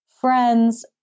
friends